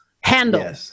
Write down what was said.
handle